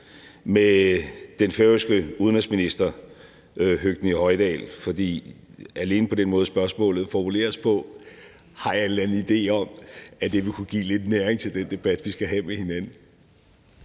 med den færøske udenrigsminister, Høgni Hoydal. For alene med den måde, spørgsmålet formuleres på, har jeg en idé om, at det kunne give lidt næring til den debat, vi skal have med hinanden.